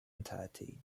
entirety